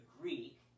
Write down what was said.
Greek